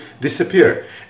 disappear